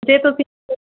ਜੇ ਤੁਸੀਂ